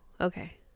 okay